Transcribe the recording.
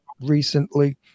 recently